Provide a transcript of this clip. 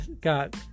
got